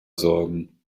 sorgen